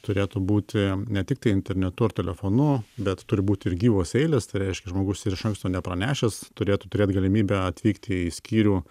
turėtų būti ne tiktai internetu ar telefonu bet turi būti ir gyvos eilės tai reiškia žmogus ir iš anksto nepranešęs turėtų turėt galimybę atvykti į skyrių